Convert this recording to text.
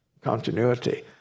continuity